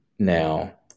Now